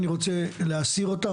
אני רוצה להסיר אותך,